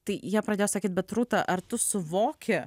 tai jie pradėjo sakyt bet rūta ar tu suvoki